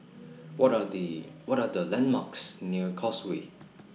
What Are The What Are The landmarks near Causeway